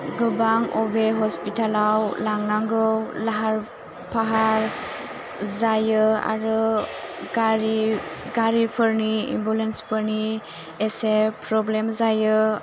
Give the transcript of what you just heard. गोबां अबे हस्पिटालाव लांनांगौ लाहार फाहार जायो आरो गारि गारिफोरनि एम्बुलेन्सफोरनि एसे प्रब्लेम जायो